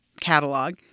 catalog